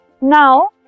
Now